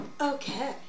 Okay